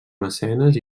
mecenes